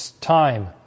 time